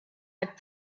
but